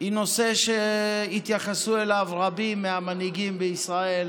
היא נושא שהתייחסו אליו רבים מהמנהיגים בישראל